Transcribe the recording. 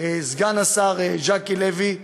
בו סגן השר ז'קי לוי,